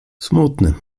smutny